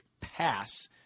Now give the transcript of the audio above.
pass